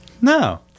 No